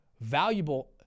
valuable